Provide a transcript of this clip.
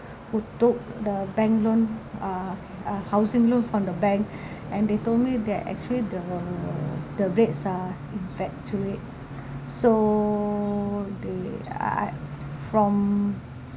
who took the bank loan uh uh housing loan from the bank and they told me that actually the the rates are fluctuating so they uh from